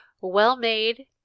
well-made